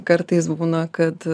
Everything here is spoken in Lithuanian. kartais būna kad